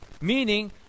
Meaning